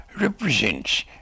represents